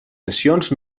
sessions